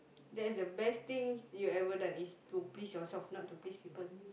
that is the best thing you've ever done is to please yourself not to please people